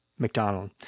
mcdonald